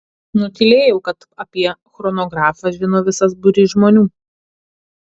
nutylėjau kad apie chronografą žino visas būrys žmonių